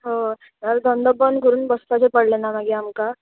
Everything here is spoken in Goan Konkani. हय जाल्यार धंदो बंद करून बसपाचें पडलें ना मागीर आमकां